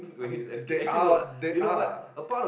I mean there are there are